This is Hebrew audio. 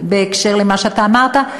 בהקשר של מה שאתה אמרת,